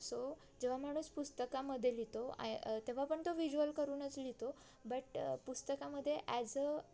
so जेव्हा माणूस पुस्तकामध्ये लिहितो तेव्हा पण तो व्हिज्युअल करूनच लिहितो बट पुस्तकामध्ये ॲज अ